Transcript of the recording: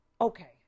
Okay